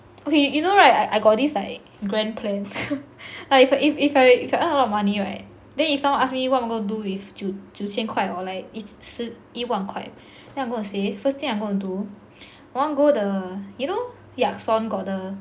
okay you know right I I got this like grand plan like if uh if if I if I earn a lot of money right then if someone asked me what I'm gonna do with 九九千块 or like 十一万块 then I'm going to say first thing I'm going to do I wanna go the you know Yakson got the